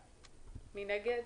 מי נגד?